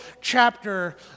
chapter